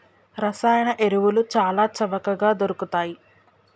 రసాయన ఎరువులు చాల చవకగ దొరుకుతయ్